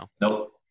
Nope